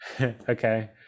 Okay